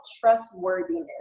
trustworthiness